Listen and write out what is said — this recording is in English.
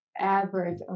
average